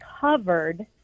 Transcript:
covered